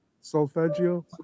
Solfeggio